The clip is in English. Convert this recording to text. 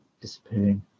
disappearing